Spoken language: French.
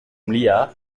mliha